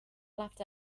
loved